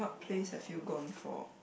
place have you gone for